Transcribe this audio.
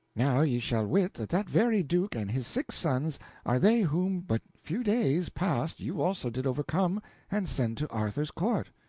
now ye shall wit that that very duke and his six sons are they whom but few days past you also did overcome and send to arthur's court!